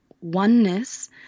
oneness